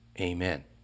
amen